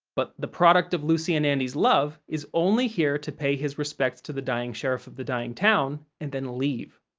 but, the product of lucy and andy's love is only here to pay his respects to the dying sheriff of the dying town and then leave.